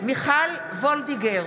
מיכל וולדיגר,